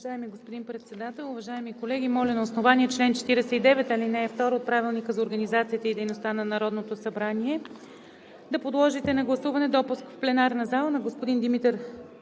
Уважаеми господин Председател, уважаеми колеги! Моля на основание чл. 49, ал. 2 от Правилника за организацията и дейността на Народното събрание да подложите на гласуване допуск в пленарната зала на господин Димитър